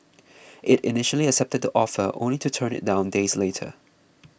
it initially accepted the offer only to turn it down days later